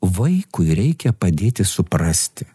vaikui reikia padėti suprasti